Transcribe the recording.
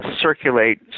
circulate